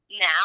now